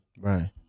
Right